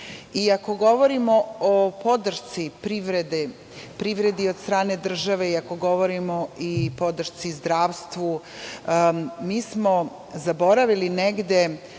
ako govorimo o podršci privredi od strane države i ako govorimo o podršci zdravstvu, mi smo zaboravili negde